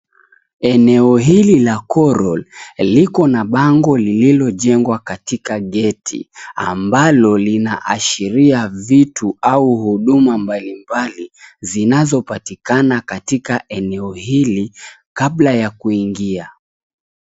Eneo hili la koro liko na bango lilojengwa katika geti, ambalo linaashiria vitu au huduma mbali mbali zinazopatikana katika eneo hili kabla ya kuingia.